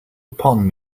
upon